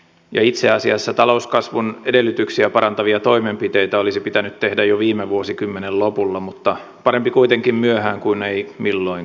itse asiassa talouskasvun edellytyksiä parantavia toimenpiteitä olisi pitänyt tehdä jo viime vuosikymmenen lopulla mutta parempi kuitenkin myöhään kuin ei milloinkaan